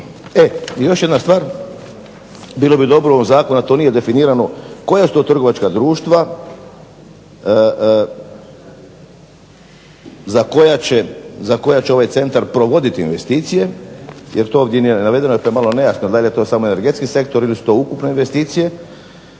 itd. Još jedna stvar, bilo bi dobro u ovom zakonu, a to nije definirano koja su to trgovačka društva za koja će ovaj centar provoditi investicije jer to ovdje nije navedeno, navedeno je to malo nejasno dal je to samo energetski sektor ili su to ukupne investicije.